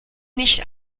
nicht